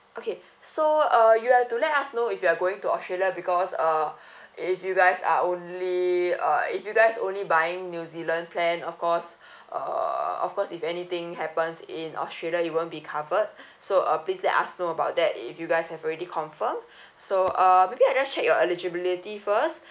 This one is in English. okay so uh you have to let us know if you're going to australia because uh if you guys are only uh if you guys only buying new zealand plan of course uh of course if anything happens in australia it won't be covered so uh please let us know about that if you guys have already confirmed so uh maybe I just check your eligibility first